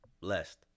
blessed